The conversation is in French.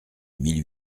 mille